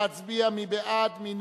סולודקין באותו עניין עברה בקריאה טרומית,